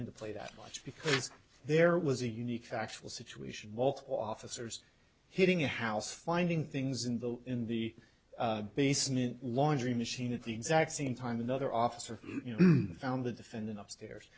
into play that much because there was a unique factual situation walt officers hitting a house finding things in the in the basement laundry machine at the exact same time another officer found the defendant upstairs